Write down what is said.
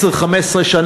10 15 שנה,